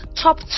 top